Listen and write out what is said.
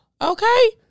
okay